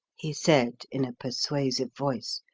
he said in a persuasive voice,